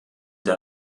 der